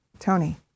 Tony